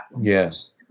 Yes